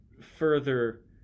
further